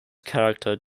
character